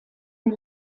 den